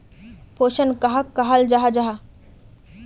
पोषण कहाक कहाल जाहा जाहा?